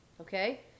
okay